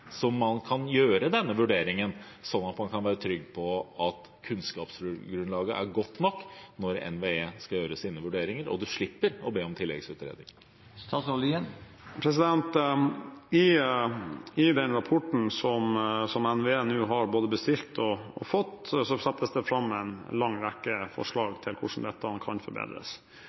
kan foreta denne vurderingen, slik at man kan være trygg på at kunnskapsgrunnlaget er godt nok når NVE skal foreta sine vurderinger, og man slipper å be om tilleggsutredning? I den rapporten som NVE nå har både bestilt og fått, settes det fram en lang rekke forslag til hvordan dette kan forbedres.